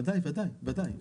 בוודאי, בוודאי.